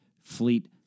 fleet